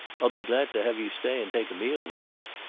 i'd be glad to have you stay and take a meal with us.